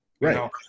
Right